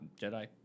Jedi